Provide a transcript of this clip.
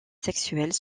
sexuelle